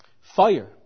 Fire